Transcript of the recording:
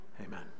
Amen